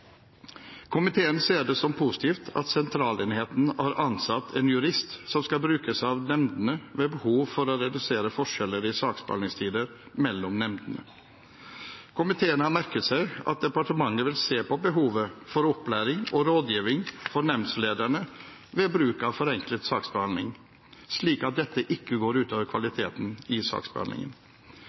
Komiteen ser det som positivt at sentralenheten har ansatt en jurist som skal brukes av nemndene ved behov, for å redusere forskjeller i saksbehandlingstider mellom nemndene. Komiteen har merket seg at departementet vil se på behovet for opplæring og rådgiving for nemndslederne ved bruk av forenklet saksbehandling, slik at dette ikke går ut over kvaliteten i saksbehandlingen.